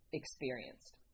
experienced